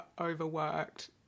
overworked